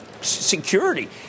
security